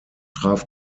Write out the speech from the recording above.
traf